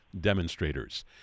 demonstrators